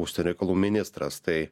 užsienio reikalų ministras tai